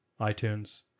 iTunes